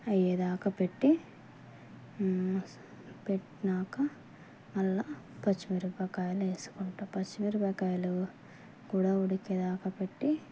అయ్యేదాక పెట్టి పెట్టినాక మళ్ళా పచ్చిమిరపకాయలు వేసుకుంటాను పచ్చిమిరపకాయలు కూడా ఉడికేదాక పెట్టి